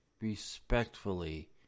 respectfully